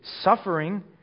suffering